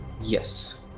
Yes